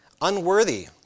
unworthy